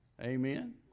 Amen